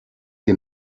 dir